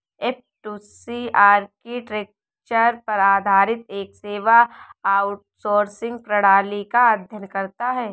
F two C architecture पर आधारित एक सेवा आउटसोर्सिंग प्रणाली का अध्ययन करता है